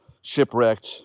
shipwrecked